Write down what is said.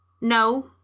No